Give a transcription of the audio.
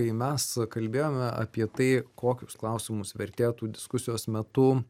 kai mes kalbėjome apie tai kokius klausimus vertėtų diskusijos metu